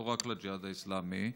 לא רק לג'יהאד האסלאמי,